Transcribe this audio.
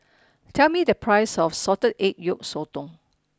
tell me the price of Salted Egg Yolk Sotong